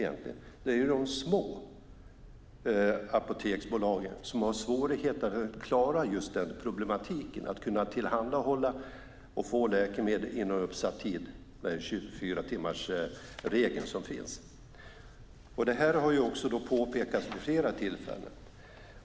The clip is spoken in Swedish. Det är de små apoteksbolagen som har svårigheter att klara just den problematiken, att kunna få och tillhandahålla läkemedel inom utsatt tid, med den 24-timmarsregel som finns. Det här har påpekats vid flera tillfällen.